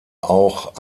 auch